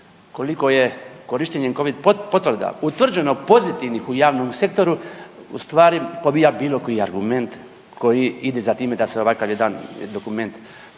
koliko je korištenjem covid potvrda utvrđeno pozitivnih u javnom sektoru ustvari pobija bilo koji argument koji ide za time da se ovakav jedan dokument